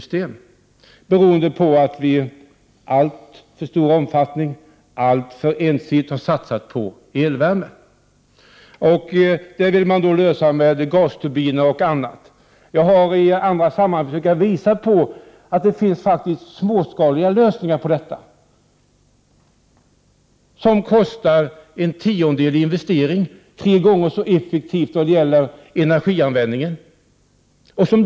Detta beror på att vi i alltför stor omfattning och alltför ensidigt har satsat på elvärme. Det problemet vill man lösa med gasturbiner och annat. I andra sammanhang har vi försökt visa att det faktiskt finns småskaliga lösningar på detta problem. De kostar bara en tiondel av investeringarna och är tre gånger så effektiva när det gäller energianvändning.